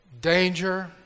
danger